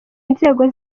inzego